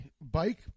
bike